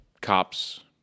cops